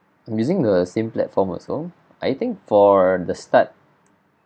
I'm using the same platform also I think for the start